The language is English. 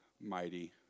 mighty